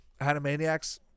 Animaniacs